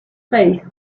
faced